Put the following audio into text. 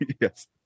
Yes